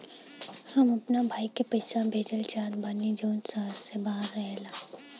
हम अपना भाई के पइसा भेजल चाहत बानी जउन शहर से बाहर रहेला